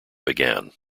began